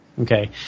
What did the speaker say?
Okay